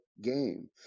game